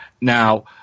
Now